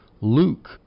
Luke